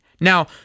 Now